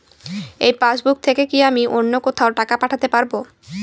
এই পাসবুক থেকে কি আমি অন্য কোথাও টাকা পাঠাতে পারব?